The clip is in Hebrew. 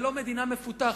ולא מדינה מפותחת.